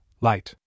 light